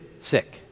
sick